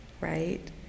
right